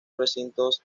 recintos